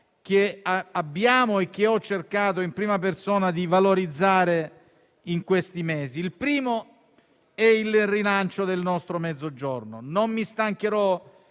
che abbiamo e che ho cercato in prima persona di valorizzare in questi mesi. Il primo è il rilancio del nostro Mezzogiorno. Non mi stancherò